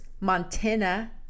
Montana